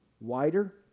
wider